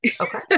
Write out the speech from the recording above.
Okay